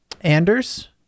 Anders